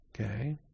Okay